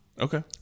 Okay